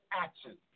action